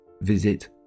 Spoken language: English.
visit